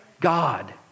God